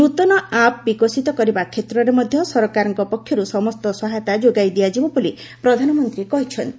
ନୂତନ ଆପ୍ ବିକଶିତ କରିବା କ୍ଷେତ୍ରରେ ମଧ୍ୟ ସରକାରଙ୍କ ପକ୍ଷରୁ ସମସ୍ତ ସହାୟତା ଯୋଗାଇ ଦିଆଯିବ ବୋଲି ପ୍ରଧାନମନ୍ତ୍ରୀ କହିଚ୍ଛନ୍ତି